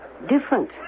different